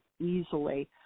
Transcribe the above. easily